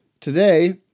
Today